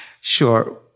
Sure